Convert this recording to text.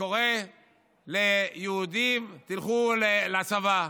שקורא ליהודים: תלכו לצבא,